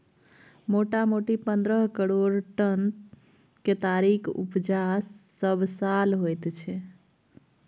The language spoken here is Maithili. मोटामोटी पन्द्रह करोड़ टन केतारीक उपजा सबसाल होइत छै